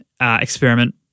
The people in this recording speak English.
experiment